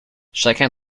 chacun